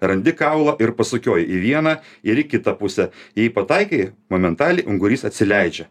randi kaulą ir pasukioji į vieną ir į kitą pusę jei pataikai momentaliai ungurys atsileidžia